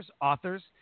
authors